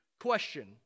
question